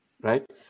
right